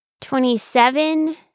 Twenty-seven